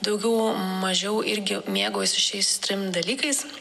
daugiau mažiau irgi mėgaujasi šiais trim dalykais